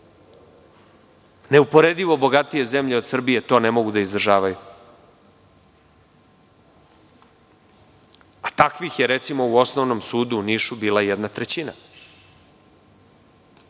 Neuporedivo bogatije zemlje od Srbije to ne mogu da izdržavaju. Takvih je, recimo, u Osnovnom sudu u Nišu bila jedna trećina.